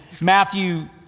Matthew